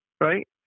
Right